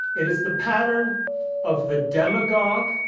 it is the pattern of the demagogue,